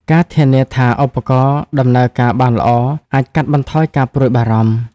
ការធានាថាឧបករណ៍ដំណើរការបានល្អ អាចកាត់បន្ថយការព្រួយបារម្ភ។